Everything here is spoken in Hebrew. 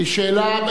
שאלה.